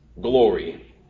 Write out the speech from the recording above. glory